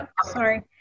Sorry